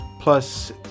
plus